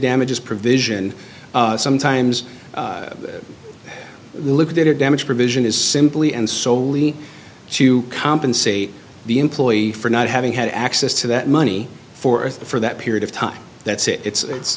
damages provision sometimes look at their damage provision is simply and solely to compensate the employee for not having had access to that money forth for that period of time that's it it's